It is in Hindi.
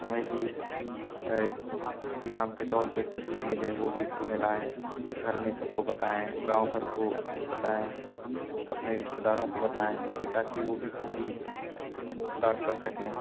हमें भी इनाम के तौर पर कुछ भी मिले वह भी घर में लाएँ घर में सबको बताएँ गाँव घर को बताएँ अपने रिश्तेदारों को बताएँ ताकि वह भी ख़ुशी प्रदान कर सकें